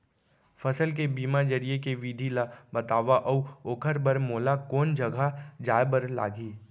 फसल के बीमा जरिए के विधि ला बतावव अऊ ओखर बर मोला कोन जगह जाए बर लागही?